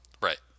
Right